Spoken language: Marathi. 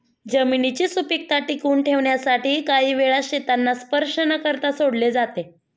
जमिनीची सुपीकता टिकवून ठेवण्यासाठी काही वेळा शेतांना स्पर्श न करता सोडले जाते